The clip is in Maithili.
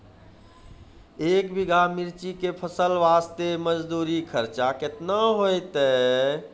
एक बीघा मिर्ची के फसल वास्ते मजदूरी खर्चा केतना होइते?